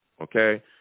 okay